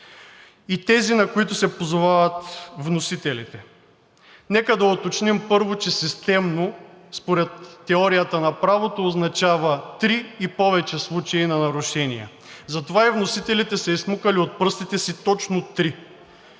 и тези, на които се позовават вносителите. Нека да уточним, първо, че системно според теорията на правото означава три и повече случаи на нарушения. Затова и вносителите са изсмукали от пръстите си точно три.